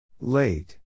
Late